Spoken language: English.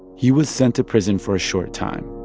he was sent to prison for a short time.